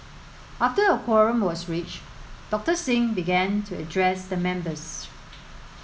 after a quorum was reached Doctor Singh began to address the members